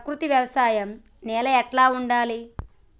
ప్రకృతి వ్యవసాయం నేల ఎట్లా ఉండాలి?